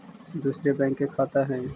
दुसरे बैंक के खाता हैं?